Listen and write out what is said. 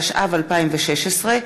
התשע"ו 2016,